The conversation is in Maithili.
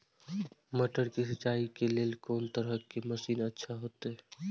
मटर के सिंचाई के लेल कोन तरह के मशीन अच्छा होते?